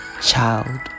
child